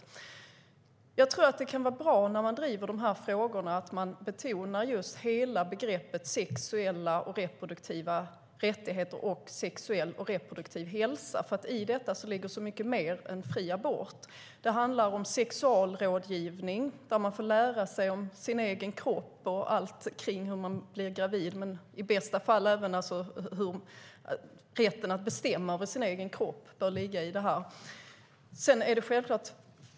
När man driver de här frågorna tror jag att det är bra att man betonar hela begreppet sexuella och reproduktiva rättigheter och sexuell och reproduktiv hälsa, för i detta ligger mycket mer än fri abort. Det handlar om sexualrådgivning, där man får lära sig om sin egen kropp och allt runt omkring en graviditet, och i bästa fall finns också rätten att bestämma över sin egen kropp med i detta.